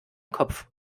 kopf